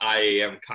IAM